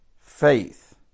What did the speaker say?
faith